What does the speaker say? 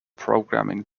programming